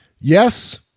Yes